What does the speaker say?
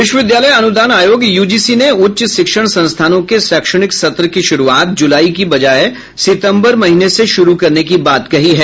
विश्वविद्यालय अनुदान आयोग यूजीसी ने उच्च शिक्षण संस्थानों के शैक्षणिक सत्र की शुरूआत जुलाई के बजाये सितम्बर महीने से शुरू करने की बात कही है